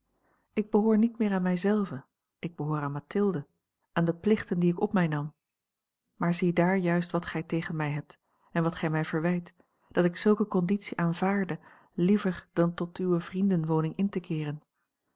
ik behoor niet meer aan mij zelve ik behoor aan mathilde aan de plichten die ik op mij nam maar ziedaar juist wat gij tegen mij hebt en wat gij mij verwijt dat ik zulke conditie aanvaardde liever dan tot uwe vriendenwoning in te keeren